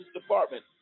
department